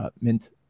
mint